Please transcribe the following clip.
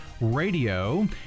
radio